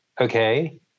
Okay